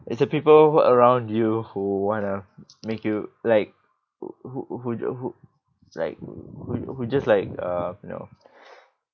it's the people around you who want to make you like who who who like who who just like uh you know